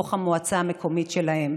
בתוך המועצה המקומית שלהם.